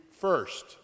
first